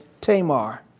Tamar